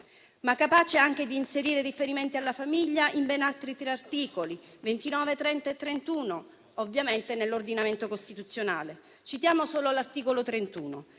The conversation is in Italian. Sono stati inseriti riferimenti alla famiglia in ben altri tre articoli, 29, 30 e 31 dell'ordinamento costituzionale. Citiamo solo l'articolo 31.